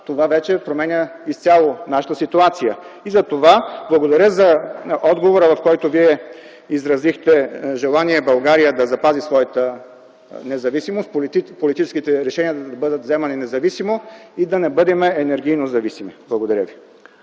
това вече променя изцяло нашата ситуация. Благодаря за отговора, в който Вие изразихте желание България да запази своята независимост, политическите решения да бъдат вземани независимо и да не бъдем енергийно зависими. Благодаря.